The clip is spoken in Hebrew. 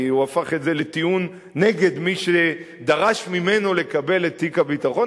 כי הוא הפך את זה לטיעון נגד מי שדרש ממנו לקבל את תיק הביטחון,